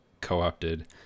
co-opted